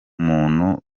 umuntu